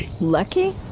Lucky